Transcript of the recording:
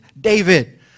David